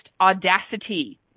audacity